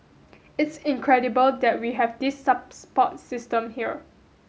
it's incredible that we have this support system here